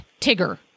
Tigger